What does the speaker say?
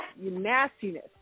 nastiness